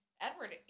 Edward